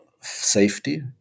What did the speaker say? safety